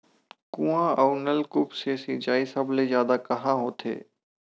कुआं अउ नलकूप से सिंचाई सबले जादा कहां होथे?